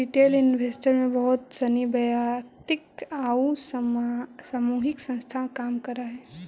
retail investor के रूप में बहुत सनी वैयक्तिक आउ सामूहिक संस्था काम करऽ हइ